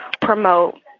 promote